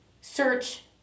search